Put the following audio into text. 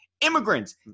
immigrants